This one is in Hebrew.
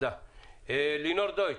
לינור דויטש.